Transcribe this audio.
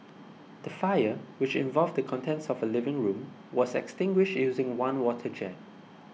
the fire which involved the contents of a living room was extinguished using one water jet